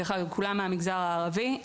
דרך אגב, כולם מהמגזר הערבי.